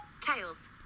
tails